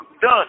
done